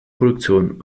produktion